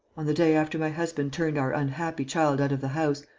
on the day after my husband turned our unhappy child out of the house,